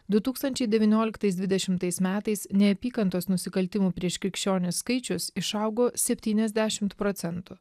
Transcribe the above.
du tūkstančiai devynioliktais dvidešimtais metais neapykantos nusikaltimų prieš krikščionis skaičius išaugo septyniasdešimt procentų